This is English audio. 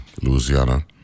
Louisiana